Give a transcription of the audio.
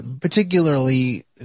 particularly